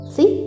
See